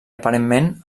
aparentment